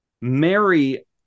Mary